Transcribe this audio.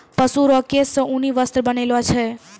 पशु रो केश से ऊनी वस्त्र बनैलो छै